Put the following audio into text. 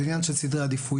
זה עניין של סדרי עדיפויות.